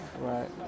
Right